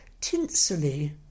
tinselly